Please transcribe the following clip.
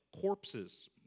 corpses